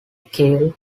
keel